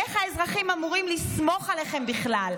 איך האזרחים אמורים לסמוך עליכם בכלל?